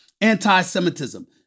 anti-Semitism